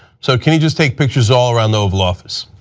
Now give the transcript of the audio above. so can he just take pictures all around the oval office?